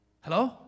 Hello